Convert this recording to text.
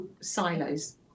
silos